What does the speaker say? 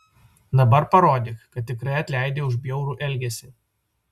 dabar parodyk kad tikrai atleidi už bjaurų elgesį